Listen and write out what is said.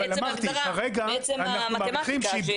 בעצם ההגדרה, בעצם המתמטיקה.